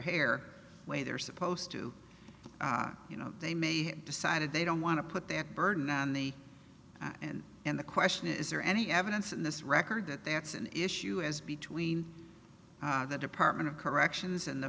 hair way they're supposed to you know they may have decided they don't want to put that burden on the and and the question is there any evidence in this record that that's an issue as between the department of corrections and the